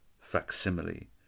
facsimile